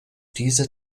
diese